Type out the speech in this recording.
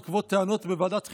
בעקבות טענות בוועדת החינוך,